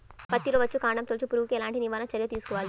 పత్తిలో వచ్చుకాండం తొలుచు పురుగుకి ఎలాంటి నివారణ చర్యలు తీసుకోవాలి?